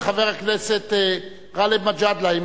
חבר הכנסת גאלב מג'אדלה,